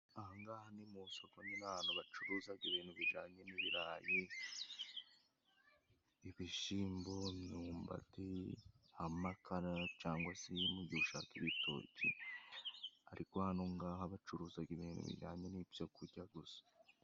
Ahangaha ni musoko, ni ahantu bacuruzaga ibintu bijyanye n'ibirayi, ibishimbo, imyumbati amakara cangwa se umuntu ushaka ibitoki. Ariko hano ngaha bacuruzaga ibintu bijyanye n'ibyo kurya gusa.